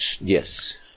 Yes